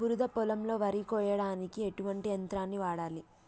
బురద పొలంలో వరి కొయ్యడానికి ఎటువంటి యంత్రాన్ని వాడాలి?